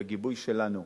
בגיבוי שלנו,